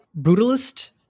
brutalist